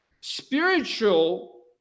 spiritual